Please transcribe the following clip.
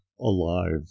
alive